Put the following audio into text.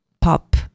pop